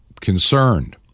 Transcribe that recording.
concerned